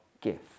gift